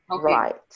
Right